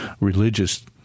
religious